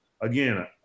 again